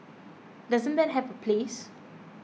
doesn't that have a place